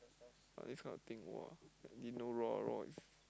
but this kind of thing !wah! I didn't know Roar royce